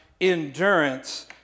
endurance